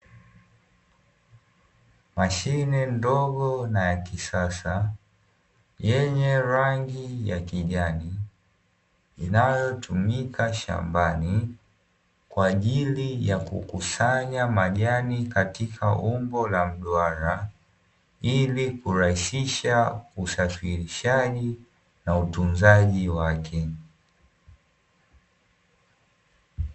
Mashine ndogo na ya kisasa yenye rangi ya kijani inayotumika shambani, kwa ajili ya kukusanya majani katika umbo la mduara, ili kurahisisha usafirishaji na utunzaji wake.